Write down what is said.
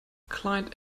client